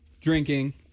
drinking